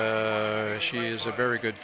but she is a very good